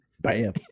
bam